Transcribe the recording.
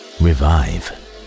revive